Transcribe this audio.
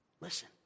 Listen